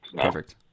Perfect